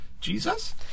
Jesus